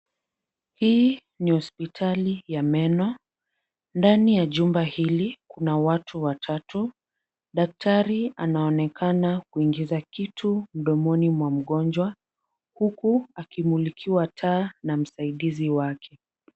Hii ni hospitali ya meno. Ndani ya jumba hili kuna watu watatu. Daktari anaonekana kuingiza kitu mdomoni mwa mgonjwa huku akimulikiwa taa na msaidizi wake.